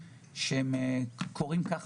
מה שאנחנו קוראים להם טייסים אוטומטיים,